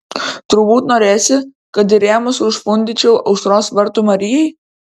turbūt norėsi kad ir rėmus užfundyčiau aušros vartų marijai